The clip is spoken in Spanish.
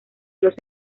los